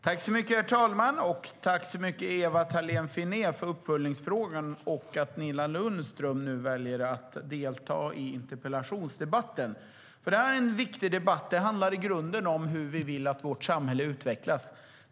Herr talman! Jag tackar Ewa Thalén Finné för den uppföljande frågan. Jag tackar också Nina Lundström, som valt att delta i interpellationsdebatten. Det är en viktig debatt. Den handlar i grunden om hur vi vill att vårt samhälle ska utvecklas.